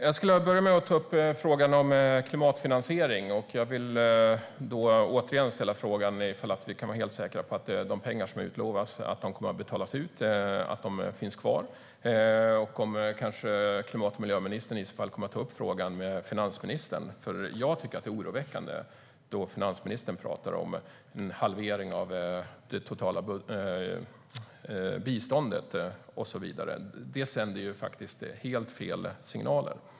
Fru talman! Jag börjar med att ta upp frågan om klimatfinansiering. Jag vill återigen ställa frågan om vi kan vara helt säkra på att de pengar som utlovats kommer att betalas ut och finns kvar. Kommer klimat och miljöministern att ta upp frågan med finansministern? Det är oroväckande att finansministern talar om en halvering av det totala biståndet, och så vidare. Det sänder helt fel signaler.